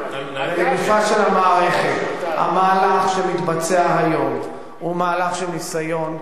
לגופה של המערכת: המהלך שמתבצע היום הוא מהלך של ניסיון,